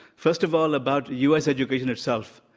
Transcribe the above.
first of all, about u. s. education itself,